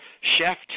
chef